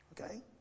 Okay